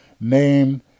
named